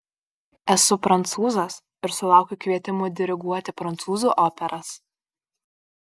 esu prancūzas ir sulaukiu kvietimų diriguoti prancūzų operas